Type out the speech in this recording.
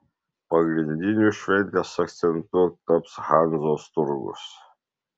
pagrindiniu šventės akcentu taps hanzos turgus